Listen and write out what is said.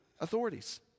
authorities